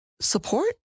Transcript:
support